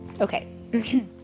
Okay